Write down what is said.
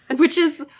and which is